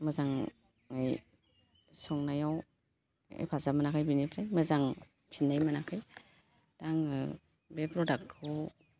मोजाङै संनायाव हेफाजाब मोनाखै बेनिफ्राय मोजां फिन्नाय मोनाखै दा आङो बे प्र'दाकखौ